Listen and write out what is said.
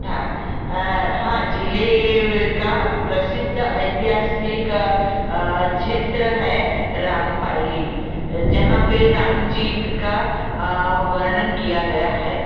था हाँ ज़िले का प्रसिद्ध ऐतिहासिक क्षेत्र है रामपायली जहाँ पे राम जी का वर्णन किया गया है